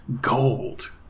gold